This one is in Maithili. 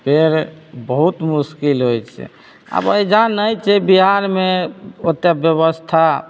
फेर बहुत मुश्किल होइत छै आब एहिजाँ नहि छै बिहारमे ओतेक बेबस्था